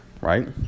Right